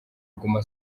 guma